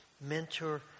mentor